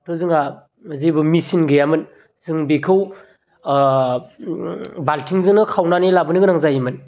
जोंहा जेबो मेचिन गैयामोन जों बिखौ ओ बालथिंजोनो खावनानै लाबोनो गोनां जायोमोन